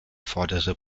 vordere